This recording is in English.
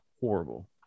horrible